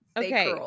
okay